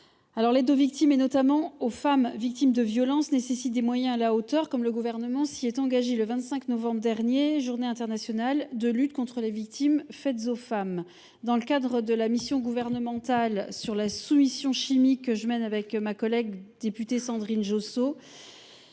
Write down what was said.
L’aide aux victimes, notamment aux femmes victimes de violences, nécessite des moyens à la hauteur, ainsi que le Gouvernement s’y est engagé le 25 novembre dernier lors de la journée internationale de lutte contre les violences faites aux femmes. Dans le cadre de la mission gouvernementale sur la soumission chimique que je mène avec ma collègue députée Sandrine Josso